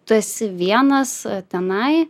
tu esi vienas tenai